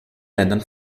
ländern